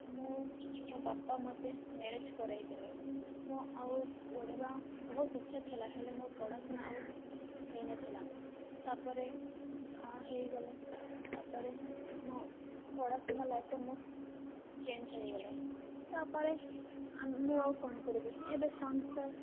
ମୁଁ ମୋ ବାପା ମୋତେ ମ୍ୟାରେଜ୍ କରରାଇଦେଲେ ମୋ ଆଉ ପଢ଼ିବା ବହୁତ ଇଚ୍ଛା ଥିଲା ହେଲେ ମୋ ପଢ଼ାଶୁୁଣା ଆଉ ହୋଇନଥିଲା ତାପରେ ବାହା ହୋଇଗଲେ ତାପରେ ମୋ ପଢ଼ାଶୁଣା ଲାଇଫ୍ଟା ମୋର ଚେଞ୍ଜ ହୋଇଗଲା ତାପରେ ମୁଁ ଆଉ କ'ଣ କରିବି ଏବେ ସଂସାର